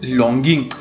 longing